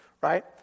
right